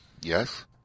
Yes